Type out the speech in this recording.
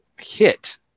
hit